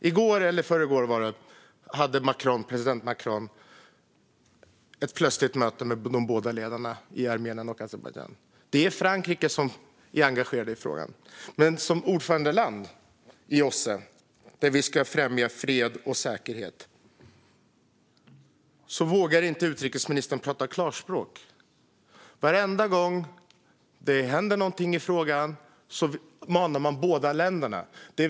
I förrgår hade president Macron ett plötsligt möte med de båda ledarna från Armenien och Azerbajdzjan. Det är Frankrike som engagerar sig i frågan, men fast vi är ordförandeland i OSSE, där man ska främja fred och säkerhet, vågar utrikesministern inte prata klarspråk. Varenda gång det händer något i frågan manar man båda länderna.